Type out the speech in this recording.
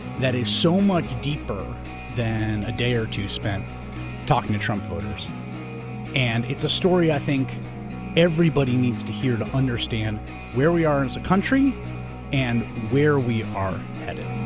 that is so much deeper than a day or two spent talking to trump voters and it's a story i think everybody needs to hear to understand where we are as a country and where we are headed.